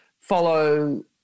follow